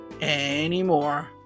anymore